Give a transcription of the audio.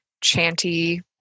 chanty